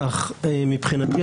אך מבחינתי,